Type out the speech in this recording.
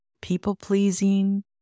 People-pleasing